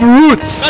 roots